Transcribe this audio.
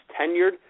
tenured